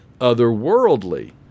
otherworldly